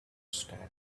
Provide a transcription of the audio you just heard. staring